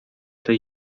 tej